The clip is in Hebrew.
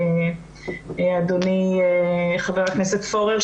אדוני חבר הכנסת פורר,